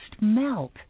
melt